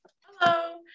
Hello